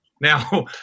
now